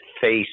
face